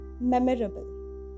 memorable